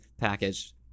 package